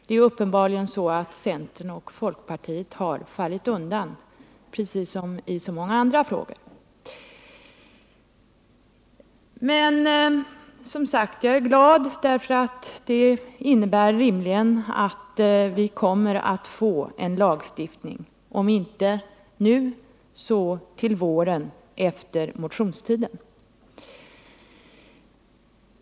Det är uppenbarligen så att centern och folkpartiet har fallit undan, precis som i så många andra frågor. Men, som sagt, jag är glad därför att det rimligen innebär att vi kommer att få en lagstiftning om inte nu så till våren, efter motionstiden.